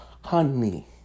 honey